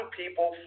people